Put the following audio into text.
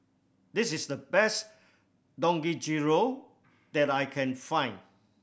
this is the best Dangojiru that I can find